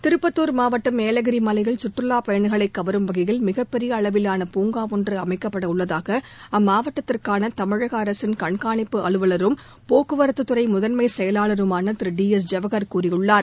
திருப்பத்துர் மாவட்டம் ஏலகிரி மலையில் சுற்றுலாப் பயணிகளை கவரும் வகையில் மிகப்பெரிய அளவிலான பூங்கா ஒன்று அமைக்கப்பட உள்ளதாக அம்மாவட்டத்திற்கான தமிழக அரசின் கண்காணிப்பு அலுவலரும் போக்குவரத்துத் துறை முதன்மை செயலாளருமான திரு டி எஸ் ஜவஹர் கூறியுள்ளார்